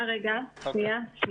גם